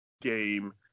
game